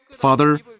Father